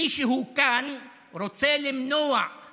מישהו כאן רוצה למנוע את